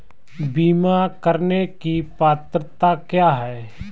बीमा करने की पात्रता क्या है?